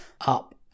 up